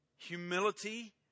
Humility